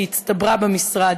שהצטברה במשרד,